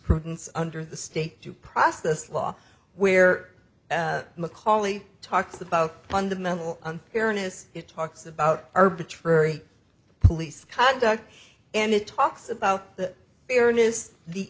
jurisprudence under the state due process law where macaulay talks about fundamental unfairness it talks about arbitrary police conduct and it talks about the fairness the